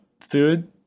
food